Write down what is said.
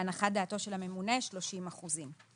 להנחת דעתו של הממונה 30 אחוזים.